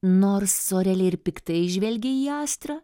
nors aurelija ir piktai žvelgė į astrą